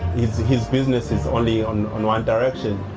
his business is only on on one direction.